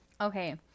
Okay